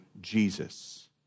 Jesus